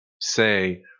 say